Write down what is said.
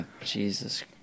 Jesus